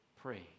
pray